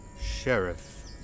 Sheriff